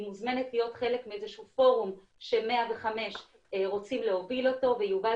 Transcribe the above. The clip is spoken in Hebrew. מוזמנת להיות חלק מאיזה שהוא פורום ש-105 רוצים להוביל אותו ויובל